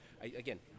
Again